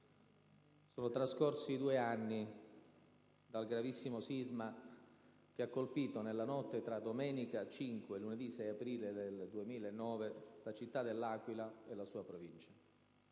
sono trascorsi due anni dal gravissimo sisma che ha colpito, nella notte tra domenica 5 e lunedì 6 aprile 2009, la città dell'Aquila e la sua provincia.